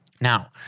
Now